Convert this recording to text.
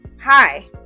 hi